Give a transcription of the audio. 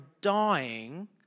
dying